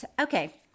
Okay